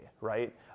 right